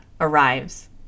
arrives